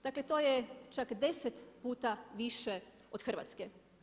Dakle to je čak 10 puta više od Hrvatske.